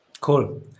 Cool